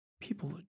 people